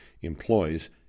employs